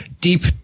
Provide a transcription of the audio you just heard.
deep